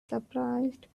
surprised